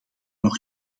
nog